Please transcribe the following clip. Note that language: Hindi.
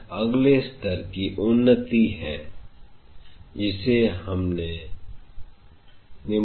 यह अगले स्तर की उन्नति है जिसे हमने निपटने जा रहे हैं